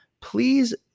please